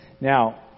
Now